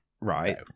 Right